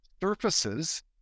surfaces